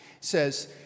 says